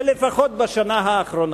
זה לפחות בשנה האחרונה.